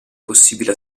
possibile